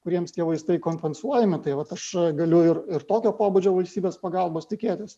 kuriems tie vaistai kompensuojami tai vat aš galiu ir ir tokio pobūdžio valstybės pagalbos tikėtis